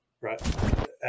Right